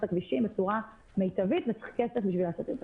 הכבישים בצורה מיטבית וצריך כסף כדי לעשות את זה.